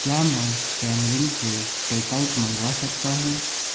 क्या मैं टेमरिंड से टेकआउट मँगवा सकता हूँ